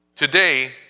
Today